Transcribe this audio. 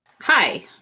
Hi